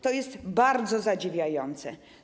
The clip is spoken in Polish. To jest bardzo zadziwiające.